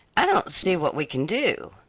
i don't see what we can do,